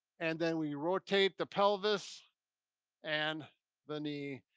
and then we rotate the pelvis and the knee.